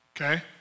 okay